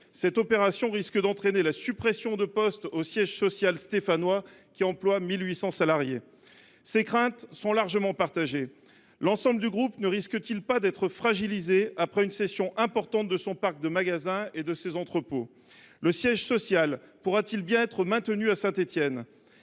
l’opération risque d’entraîner des suppressions de postes au siège social stéphanois, qui emploie 1 800 salariés. Ces craintes sont largement partagées. L’ensemble du groupe ne risque t il pas d’être fragilisé par la cession d’une grande part de ses magasins et entrepôts ? Le siège social pourra t il bien être maintenu à Saint Étienne ?